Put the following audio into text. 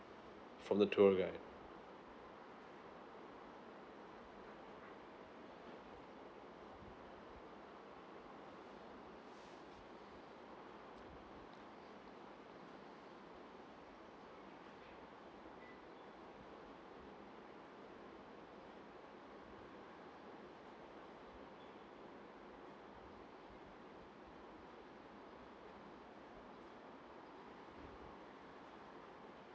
from the tour guide